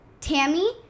Tammy